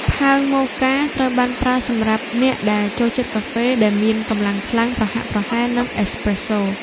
ផើងមូកា ត្រូវបានប្រើសម្រាប់អ្នកដែលចូលចិត្តកាហ្វេដែលមានកម្លាំងខ្លាំងប្រហាក់ប្រហែលនឹងអេសប្រេសសូ។